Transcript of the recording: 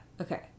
Okay